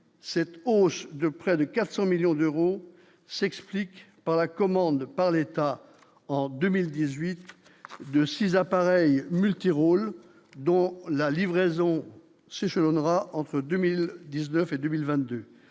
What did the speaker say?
cette hausse de près de 400 millions d'euros s'explique par la commande par l'État en 2018, 2 6 appareil multirôle dont la livraison s'échelonnera entre 2000 19 et 2022